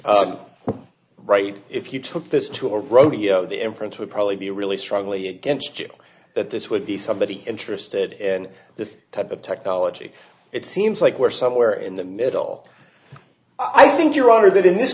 right if you took this to a rodeo the inference would probably be really strongly against you that this would be somebody interested in this type of technology it seems like we're somewhere in the middle i think your honor that in this